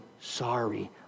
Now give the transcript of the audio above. sorry